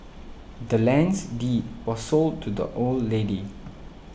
the land's deed was sold to the old lady